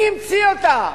מי המציא אותם?